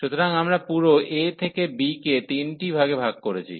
সুতরাং আমরা পুরো a থেকে b কে n টি ভাগে ভাগ করেছি